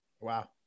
Wow